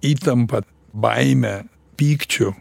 įtampa baime pykčiu